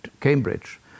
Cambridge